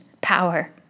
power